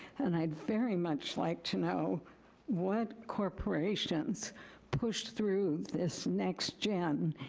and i'd very much like to know what corporations push through this next gen.